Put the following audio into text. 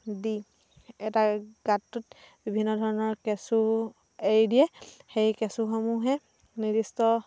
দি এটা গাঁতটোত বিভিন্ন ধৰণৰ কেঁচু এৰি দিয়ে সেই কেঁচুসমূহে নিৰ্দিষ্ট